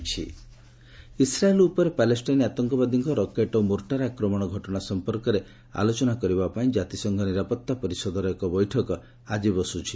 UNSC Israel Gaza Israel ଉପରେ Palestine ଆତଙ୍କବାଦୀଙ୍କ rocket ଓ ମୋର୍ଟାର୍ ଆକ୍ରମଣ ଘଟଣା ସମ୍ପର୍କରେ ଆଲୋଚନା କରିବା ପାଇଁ ଜାତିସଂଘ ନିରାପତ୍ତା ପରିଷଦର ଏକ ବୈଠକ ଆଜି ବସୁଛି